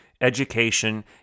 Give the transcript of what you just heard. Education